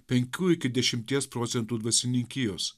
penkių iki dešimties procentų dvasininkijos